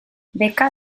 beka